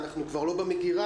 אנחנו כבר לא במגירה,